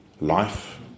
life